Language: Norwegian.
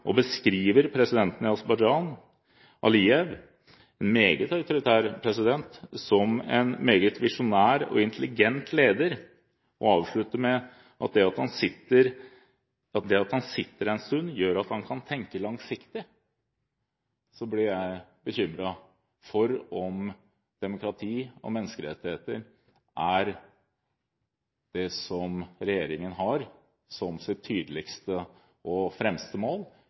beskriver presidenten i Aserbajdsjan – Alijev, en meget autoritær president – som en meget visjonær og intelligent leder, og avslutter med at det at han sitter en stund, gjør at han kan tenke langsiktig, blir jeg bekymret for om demokrati og menneskerettigheter er regjeringens tydeligste og fremste mål, eller om det er andre interesser, norske økonomiske interesser, som går foran og